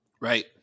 Right